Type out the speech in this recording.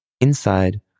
Inside